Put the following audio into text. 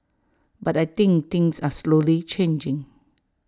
but I think things are slowly changing